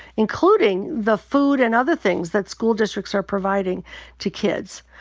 including the food and other things that school districts are providing to kids.